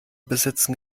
besitzen